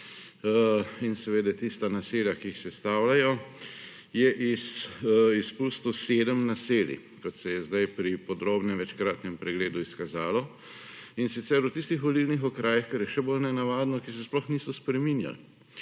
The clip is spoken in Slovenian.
in tista naselja, ki jih sestavljajo, je izpustil 7 naselij, kot se je zdaj pri podrobnem večkratnem pregledu izkazalo, in sicer v tistih volilnih okrajih, kar je še bolj nenavadno, ki se sploh niso spreminjali.